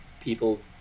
people